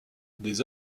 des